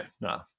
no